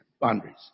boundaries